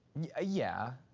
yeah yeah.